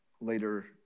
later